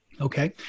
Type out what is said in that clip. Okay